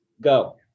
go